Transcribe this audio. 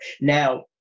Now